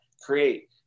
create